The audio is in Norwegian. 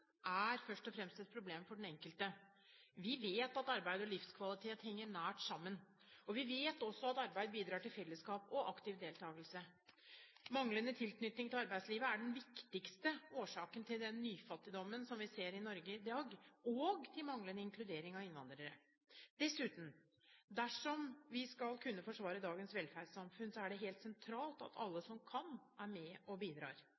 er først og fremst et problem for den enkelte. Vi vet at arbeid og livskvalitet henger nært sammen, og vi vet også at arbeid bidrar til fellesskap og aktiv deltagelse. Manglende tilknytning til arbeidslivet er den viktigste årsaken til den nyfattigdommen som vi ser i Norge i dag, og til manglende inkludering av innvandrere. Dessuten: Dersom vi skal kunne forsvare dagens velferdssamfunn, er det helt sentralt at alle som kan, er med og bidrar.